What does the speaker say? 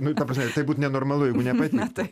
nu ta prasme tai būt nenormalu jeigu nepatiktų